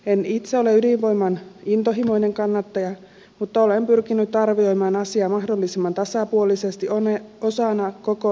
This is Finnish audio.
en itse ole ydinvoiman intohimoinen kannattaja mutta olen pyrkinyt arvioimaan asiaa mahdollisimman tasapuolisesti osana koko energiaratkaisuamme ja energiantarvettamme